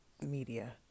media